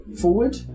Forward